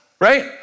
right